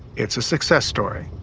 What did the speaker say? it's a success story.